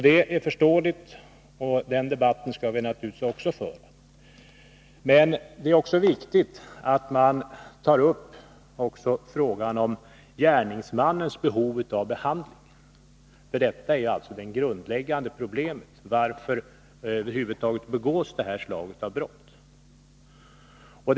Det är begripligt, och den debatten skall vi naturligtvis också föra, men det är viktigt att vi också tar upp gärningsmännens behov av behandling. Det grundläggande problemet är ju varför detta slag av brott över huvud taget begås.